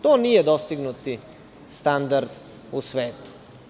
To nije dostignuti standard u svetu.